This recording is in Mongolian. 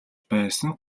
байсан